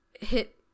hit